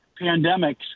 pandemics